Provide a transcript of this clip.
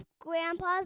Grandpa's